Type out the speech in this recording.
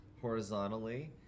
horizontally